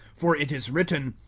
for it is written,